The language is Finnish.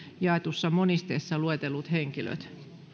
jaetussa monisteessa luetellut henkilöt